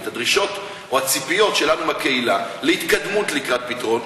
את הדרישות או הציפיות שלנו מהקהילה להתקדמות לקראת פתרון?